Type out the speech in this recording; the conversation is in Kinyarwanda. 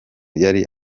yari